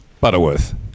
Butterworth